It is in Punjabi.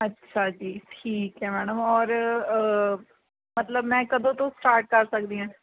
ਅੱਛਾ ਜੀ ਠੀਕ ਹੈ ਮੈਡਮ ਔਰ ਮਤਲਬ ਮੈਂ ਕਦੋਂ ਤੋਂ ਸਟਾਰਟ ਕਰ ਸਕਦੀ ਹਾਂ